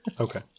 Okay